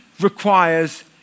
requires